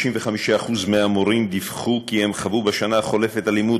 55% מהמורים דיווחו כי הם חוו בשנה החולפת אלימות.